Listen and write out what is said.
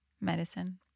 Medicine